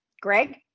Greg